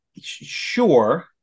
sure